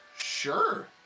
Sure